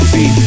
See